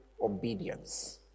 obedience